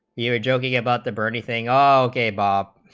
you're joking about the bernie thing ok bob